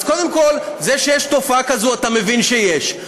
אז קודם כול, זה שיש תופעה כזו, אתה מבין שיש.